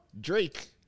Drake